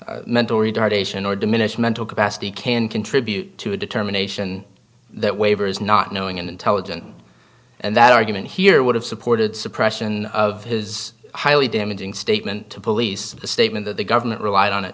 that mental retardation or diminished mental capacity can contribute to a determination that waiver is not knowing and intelligent and that argument here would have supported suppression of his highly damaging statement to police the statement that the government relied on a